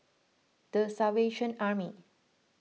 the Salvation Army